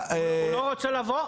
הוא לא רוצה לבוא?